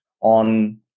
on